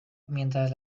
mientras